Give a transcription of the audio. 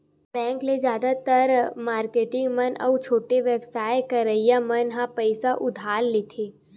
bank ले जादातर marketing मन अउ छोटे बेवसाय करइया मन ह पइसा उधार लेथे